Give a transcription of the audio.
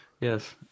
Yes